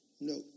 No